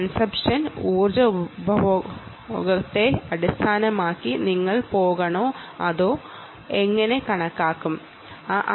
അതോ ഊർജ്ജ ഉപഭോഗത്തെ അടിസ്ഥാനമാക്കി നിങ്ങൾ തിരഞ്ഞെടുക്കണോ